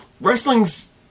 Wrestling's